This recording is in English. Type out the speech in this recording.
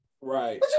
Right